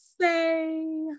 say